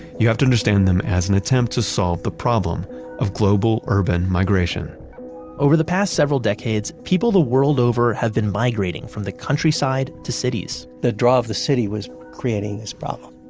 you have to understand them as an attempt to solve the problem of global urban migration over the past several decades, people the world over have been migrating from the countryside to cities the draw of the city was creating this problem,